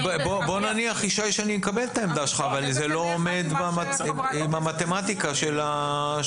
בוא נניח שאני מקבל את העמדה שלך אבל זה לא עומד במתמטיקה של האפשרויות.